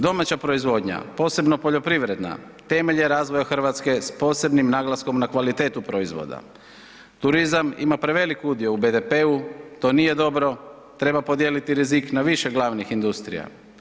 Domaća proizvodnja, posebno poljoprivredna temelj je razvoja Hrvatske s posebnim naglaskom na kvalitetu proizvoda, turizam ima prevelik udio u BDP-u, to nije dobro, treba podijeliti rizik na više glavnih industrija.